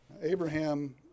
Abraham